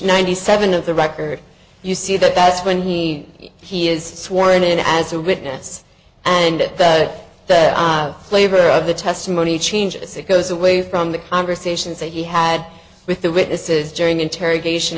ninety seven of the record you see that that's when he he is sworn in as a witness and at that the flavor of the testimony changes it goes away from the conversations that he had with the witnesses during interrogation